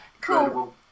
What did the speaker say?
cool